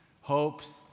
hopes